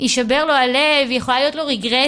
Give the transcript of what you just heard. יישבר לו הלב, יכולה להיות לו רגרסיה.